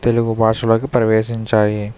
తెలుగు భాషలోకి ప్రవేశించాయి